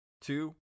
two